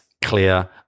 clear